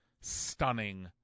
stunning